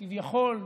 כביכול,